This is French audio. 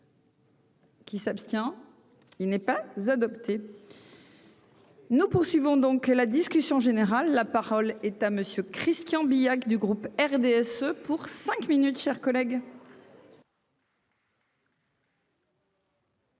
Qui s'abstient, il n'est pas adopté. Nous poursuivons donc la discussion générale, la parole est à monsieur Christian Billac du groupe RDSE pour cinq minutes chers collègues.